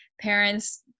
parents